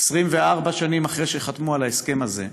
24 שנים אחרי שחתמו על ההסכם הזה,